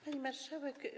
Pani Marszałek!